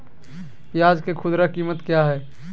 प्याज के खुदरा कीमत क्या है?